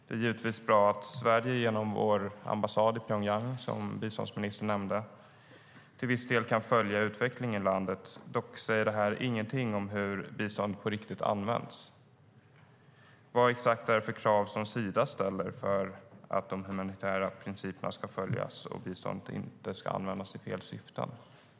Det är givetvis bra att Sverige genom vår ambassad i Pyongyang, som biståndsministern nämnde, till viss del kan följa utvecklingen i landet. Dock säger det här ingenting om hur biståndet används på riktigt. Vad exakt är det för krav som Sida ställer för att de humanitära principerna ska följas och biståndet inte ska användas i fel syften?